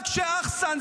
רק כשאחסאן,